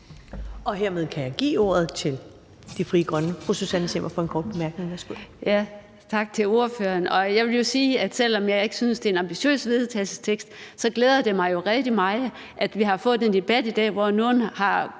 Hermed kan jeg give ordet til Frie Grønne. Fru Susanne Zimmer for en kort bemærkning.